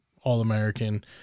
All-American